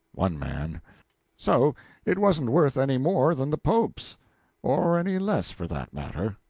one man so it wasn't worth any more than the pope's or any less, for that matter.